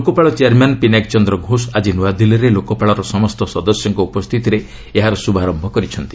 Lokpal chairman Pinaki Chandra Ghosh ଆଜି ନ୍ତଆଦିଲ୍ଲୀରେ ଲୋକପାଳର ସମସ୍ତ ସଦସ୍ୟଙ୍କ ଉପସ୍ଥିତିରେ ଏହାର ଶ୍ରଭାରମ୍ଭ କରିଛନ୍ତି